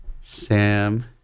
Sam